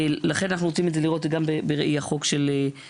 לכן אנחנו רוצים את זה לראות גם בראי החוק של חוק-יסוד: